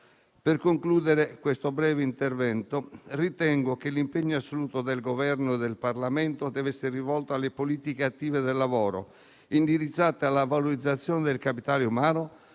Per concludere questo breve intervento, ritengo che l'impegno assoluto del Governo e del Parlamento debba essere rivolto alle politiche attive del lavoro, indirizzate alla valorizzazione del capitale umano